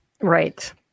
right